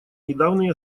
недавнее